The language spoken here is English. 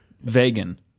Vegan